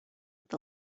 with